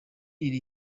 iri